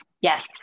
Yes